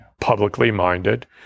publicly-minded